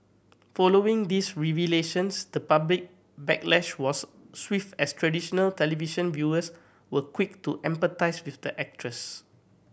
following these revelations the public backlash was swift as traditional television viewers were quick to empathise with the actress